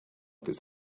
this